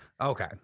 Okay